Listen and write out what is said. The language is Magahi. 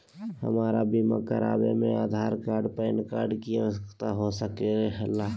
हमरा बीमा कराने में आधार कार्ड पैन कार्ड की आवश्यकता हो सके ला?